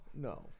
No